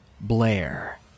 Blair